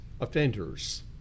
offenders